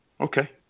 okay